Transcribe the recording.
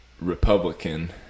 Republican